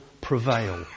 prevail